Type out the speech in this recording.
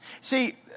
See